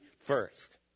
first